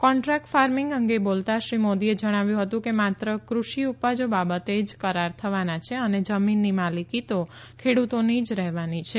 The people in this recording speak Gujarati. કોન્ટ્રાક્ટ ફામિંગ અંગે બોલતા શ્રી મોદીએ જણાવ્યું હતું કે માત્ર ક઼ષિ ઉપજો બાબતે જ કરાર થવાના છે અને જમીનની માલિકી તો ખેડૂતોની જ રહેવાની છે